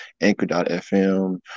Anchor.fm